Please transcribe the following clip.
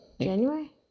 January